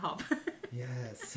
Yes